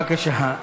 בבקשה.